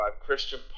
Christian